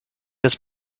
des